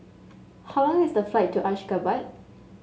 how long is the flight to Ashgabat